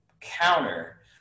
counter